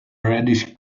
reddish